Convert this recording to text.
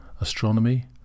astronomy